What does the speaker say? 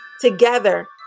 together